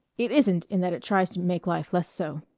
it isn't in that it tries to make life less so.